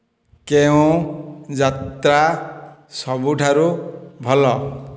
କେଉଁ ଯାତ୍ରା ସବୁଠାରୁ ଭଲ